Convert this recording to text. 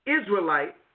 Israelite